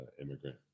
immigrant